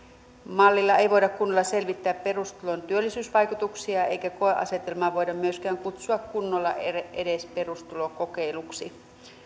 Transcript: mallilla ei voida kunnolla selvittää perustulon työllisyysvaikutuksia eikä koeasetelmaa voida myöskään kutsua kunnolla edes perustulokokeiluksi